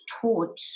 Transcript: taught